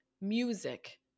music